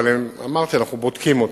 אבל אמרתי שאנחנו בודקים אותם.